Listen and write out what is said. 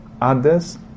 others